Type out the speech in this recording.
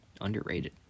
underrated